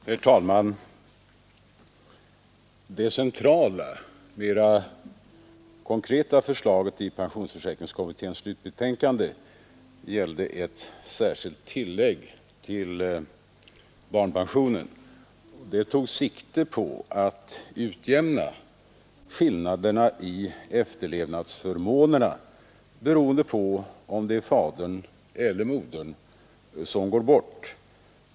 Herr talman! Det centrala mera konkreta förslaget i pensionsförsäkringskommitténs slutbetänkande gällde ett särskilt tillägg till barnpensionen. Det tog sikte på att utjämna skillnaderna i efterlevnadsförmånerna beroende på om det är fadern eller modern som går bort.